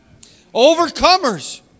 Overcomers